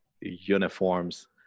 uniforms